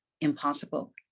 impossible